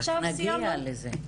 עד שנגיע לזה.